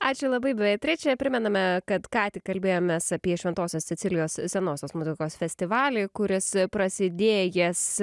ačiū labai beatriče primename kad ką tik kalbėjomės apie šventosios cecilijos senosios muzikos festivalį kuris prasidėjęs